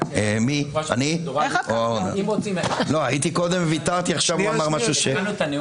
כל אחד נותן את הנאום